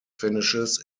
finishes